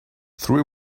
three